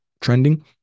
trending